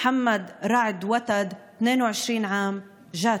מוחמד ראאד ותד, 22, ג'ת,